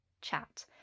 chat